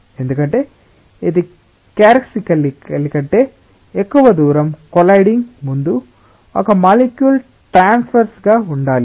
ఎందుకంటే ఇది క్యారెక్టరిస్టికల్లి కంటే ఎక్కువ దూరం కొలైడింగ్ ముందు ఒక మాలిక్యుల్ ట్రాన్స్వెర్స్ గా ఉండాలి